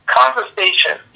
conversation